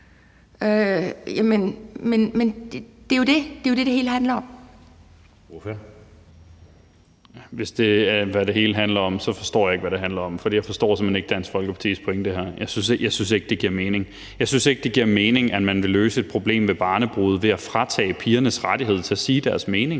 Søe): Ordføreren. Kl. 16:29 Carl Valentin (SF): Hvis det var, hvad det hele handler om, forstår jeg ikke, hvad det handler om. For jeg forstår simpelt hen ikke Dansk Folkepartis pointe her. Jeg synes ikke, det giver mening. Jeg synes ikke, det giver mening, at man vil løse et problem med barnebrude ved at fratage pigernes rettighed til at sige deres mening.